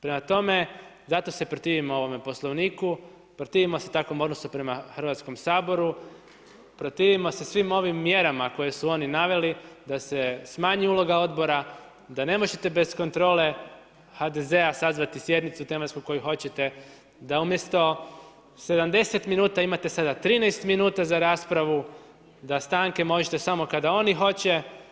Prema tome, zato se protivimo ovome Poslovniku, protivimo se takvom odnosu prema Hrvatskom saboru, protivimo se svim ovim mjerama koje su oni naveli da se smanji uloga odbora, da ne možete bez kontrole HDZ-a sazvati sjednicu tematsku koju hoćete, da umjesto 70 minuta imate sada 13 minuta za raspravu, da stanke možete samo kada oni hoće.